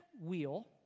wheel